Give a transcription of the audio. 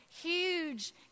huge